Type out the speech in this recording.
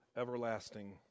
everlasting